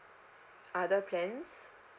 other plans